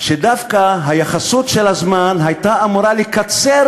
שדווקא היחסות של הזמן הייתה אמורה לקצר